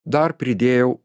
dar pridėjau